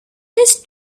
his